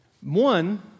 One